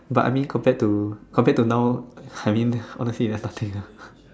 but I mean compared to compared to now I mean honestly that's nothing ah